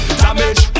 damage